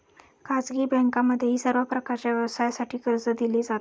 खाजगी बँकांमध्येही सर्व प्रकारच्या व्यवसायासाठी कर्ज दिले जाते